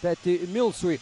peti milsui